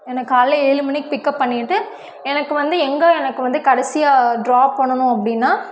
என்ன காலையில் ஏழு மணிக்கு பிக்அப் பண்ணிகிட்டு எனக்கு வந்து எங்கள் எனக்கு வந்து கடைசியாக ட்ராப் பண்ணணும் அப்படின்னா